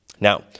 Now